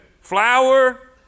flour